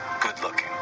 good-looking